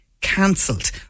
cancelled